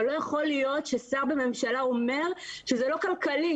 אבל לא יכול להיות ששר בממשלה אומר שזה לא כלכלי.